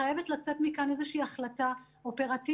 חייבת לצאת מכאן איזושהי החלטה אופרטיבית,